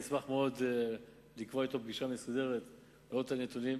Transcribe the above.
אשמח מאוד לקבוע אתו פגישה מסודרת ולהראות לו את הנתונים.